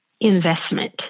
investment